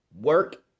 Work